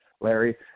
Larry